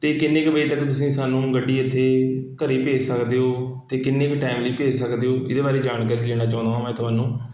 ਅਤੇ ਕਿੰਨੇ ਕੁ ਵਜੇ ਤੱਕ ਤੁਸੀਂ ਸਾਨੂੰ ਗੱਡੀ ਇੱਥੇ ਘਰ ਭੇਜ ਸਕਦੇ ਹੋ ਅਤੇ ਕਿੰਨੇ ਕੁ ਟਾਈਮ ਲਈ ਭੇਜ ਸਕਦੇ ਹੋ ਇਹਦੇ ਬਾਰੇ ਜਾਣਕਾਰੀ ਲੈਣਾ ਚਾਹੁੰਦਾ ਵਾਂ ਮੈਂ ਤੁਹਾਨੂੰ